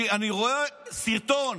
אני רואה סרטון.